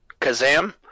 Kazam